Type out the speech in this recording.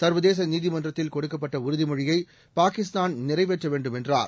சர்வதேசநீதிமன்றத்தில் கொடுக்கப்பட்டஉறுதிமொழியைபாகிஸ்தான்நிறைவேற்றவேண்டும் என்றார்